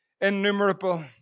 innumerable